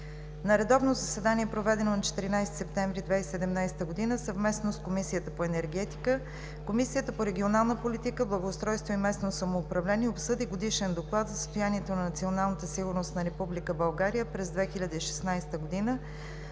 На редовно заседание, проведено на 14 септември 2017 г., съвместно с Комисията по енергетика, Комисията по регионална политика, благоустройство и местно самоуправление обсъди Годишен доклад за състоянието на националната сигурност на Република България през 2016 г.,